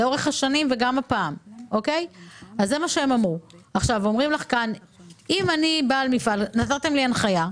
אם אני בעל מפעל ונתתם לי הנחיה,